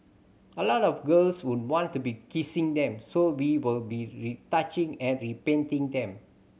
a lot of girls would want to be kissing them so we will be retouching and repainting them